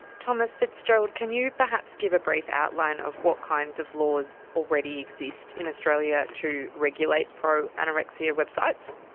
tomas fitzgerald, can you perhaps give a brief outline of what kinds of laws already exist in australia to regulate pro-anorexia websites?